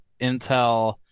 Intel